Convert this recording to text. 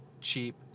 cheap